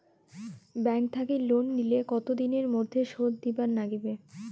Bank থাকি loan নিলে কতো দিনের মধ্যে শোধ দিবার নাগিবে?